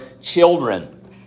children